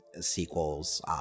sequels